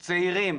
צעירים,